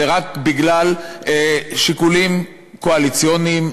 זה רק בגלל שיקולים קואליציוניים,